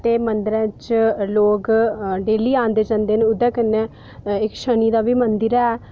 ते मंदरें च लोक डेली औंदे जंदे न उद्धर कन्नै इक शनि दा बी मंदिर ऐ